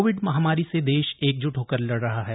Covid महामारी से देश एकजुट होकर लड़ रहा है